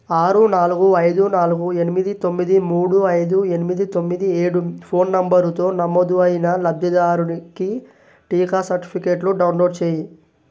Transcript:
ఆరు నాలుగు ఐదు నాలుగు ఎనిమిది తొమ్మిది మూడు ఐదు ఎనిమిది తొమ్మిది ఏడు ఫోన్ నంబరుతో నమోదు అయిన లబ్ధిదారునికి టీకా సర్టిఫికేట్లు డౌన్లోడ్ చేయి